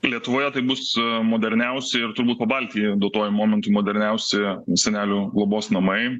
lietuvoje tai bus moderniausi ir turbūt pabaltijyje duotuoju momentu moderniausi senelių globos namai